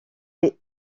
des